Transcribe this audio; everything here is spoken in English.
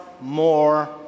more